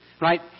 right